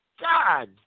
God